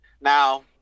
Now